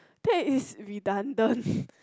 that is redundant